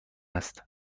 است